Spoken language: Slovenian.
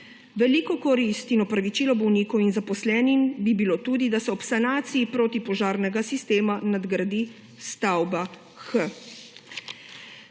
veliko korist in opravičilo bolnikom in zaposlenim bi bilo tudi, da se ob sanaciji protipožarnega sistema nadgradi stavba H.